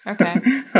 Okay